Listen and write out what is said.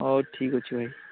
ହଉ ଠିକ୍ ଅଛି ଭାଇ